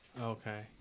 Okay